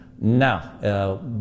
now